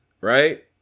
right